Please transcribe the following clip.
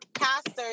pastors